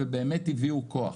ובאמת הביאו כוח.